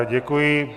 Děkuji.